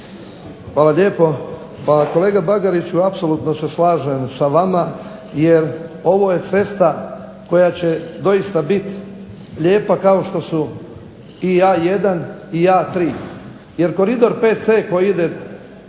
Hvala lijepa. Pa kolega Bagariću apsolutno se slažem sa vama, jer ovo je cesta koja će doista biti lijepa kao što su i A1 i A3, jer koridor VC koji ide,